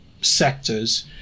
sectors